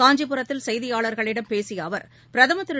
காஞ்சிபுரத்தில் செய்தியாளர்களிடம் பேசிய அவர் பிரதமர் திரு